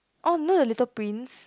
orh know the little prints